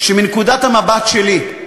שמנקודת המבט שלי,